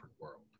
world